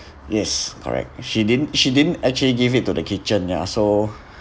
yes correct she didn't she didn't actually give it to the kitchen ya so